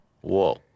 Whoa